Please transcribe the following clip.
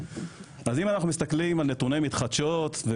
אנחנו מסתכלים על נתוני מתחדשות,